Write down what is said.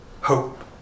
hope